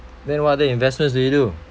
then what other investments do you do